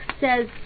says